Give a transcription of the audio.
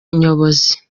nyobozi